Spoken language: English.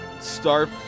Star